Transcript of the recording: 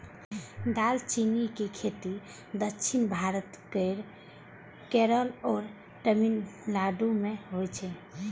दालचीनी के खेती दक्षिण भारत केर केरल आ तमिलनाडु मे होइ छै